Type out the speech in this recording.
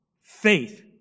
faith